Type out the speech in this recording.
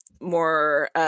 more